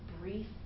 brief